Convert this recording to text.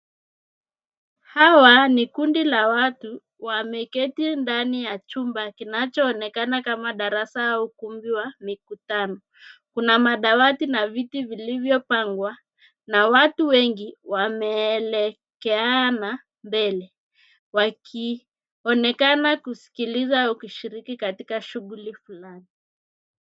Hawa ni kundi la watu wameketi ndani ya chumba kinachoonekana darasa au ukumbi wa mikutano kuna madawati na viti vilivyopagwa na watu wengi wameelekeana mbele.